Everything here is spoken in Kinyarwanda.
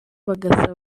bagasaba